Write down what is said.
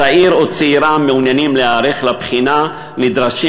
צעיר או צעירה המעוניינים להיערך לבחינה נדרשים